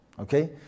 Okay